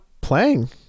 playing